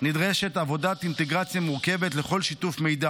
נדרשת עבודת אינטגרציה מורכבת לכל שיתוף מידע.